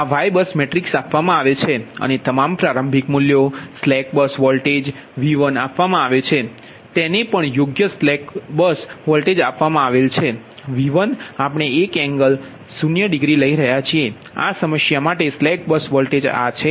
તેથી આ Y bus matrix આપવામાં આવે છે અને તમામ પ્રારંભિક મૂલ્યો સ્લેક બસ વોલ્ટેજ V1આપવામાં આવે છે તેને પણ યોગ્ય સ્લેક બસ વોલ્ટેજ આપવામાં આવે છે V1આપણે 1 એંગલ 0 ડિગ્રી લઈ રહ્યા છીએ આ સમસ્યા માટે સ્લેક બસ વોલ્ટેજ આ છે